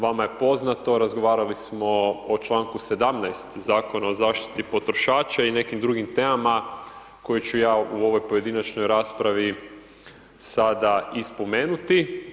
Vama je poznato, razgovarali smo o članku 17 Zakona o zaštiti potrošača i o nekim drugim temama, koje ću ja u ovoj pojedinačnoj raspravi sada i spomenuti.